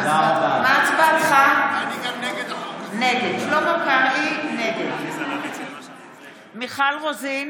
(קוראת בשמות חברי הכנסת) מיכל רוזין,